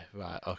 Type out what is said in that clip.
right